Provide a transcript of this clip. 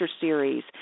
series